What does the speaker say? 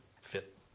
fit